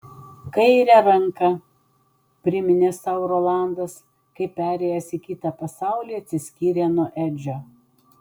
kaire ranka priminė sau rolandas kai perėjęs į kitą pasaulį atsiskyrė nuo edžio